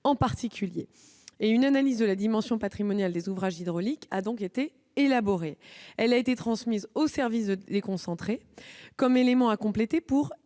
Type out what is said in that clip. en particulier. Une analyse de la dimension patrimoniale des ouvrages hydrauliques a été élaborée. Elle a été transmise aux services déconcentrés comme élément à compléter pour